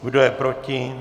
Kdo je proti?